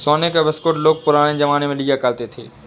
सोने का बिस्कुट लोग पुराने जमाने में लिया करते थे